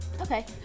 Okay